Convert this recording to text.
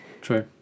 True